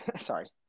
sorry